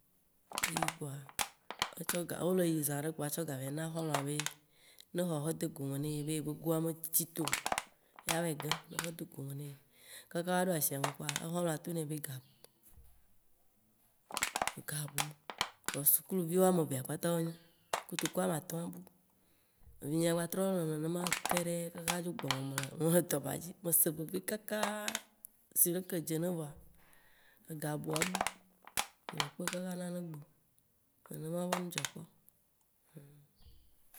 wo le yi kpoa, etsɔ ga wo le yi zã ɖe kpoa, etsɔ ga va yi na xɔ̃lɔ̃a be ne xɔ xɔ de gome me ne yi be ye be goa me tito ya va yi gẽ, ne tsɔ do gome ne yi. Kaka woa ɖo asia me kpoa, exɔ̃lɔ̃ to nɛ be ga bu. Ga bu, vɔ sukuluvi woa ame evea kpata wonye, kotoku ame atɔ̃a bu. Evinyea gba trɔ le nenea kakaa dzo gbɔ mexe le dɔ ba dzi, me se veve kakaaa sie leke edze nene vɔa, ega bua ebu nye me kpɔe kaka na ne egbe o. Nenema be nu dzɔ kpɔ